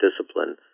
discipline